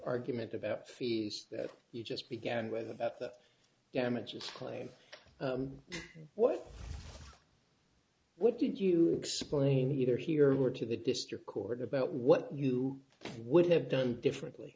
argument about fees that you just began with about that damages claim what what did you explain either here or to the district court about what you would have done differently